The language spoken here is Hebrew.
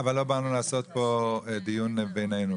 אבל לא באנו לעשות פה דיון בינינו.